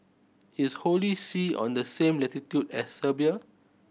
is Holy See on the same latitude as Serbia